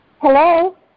Hello